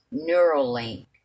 Neuralink